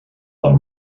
del